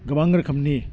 गोबां रोखोमनि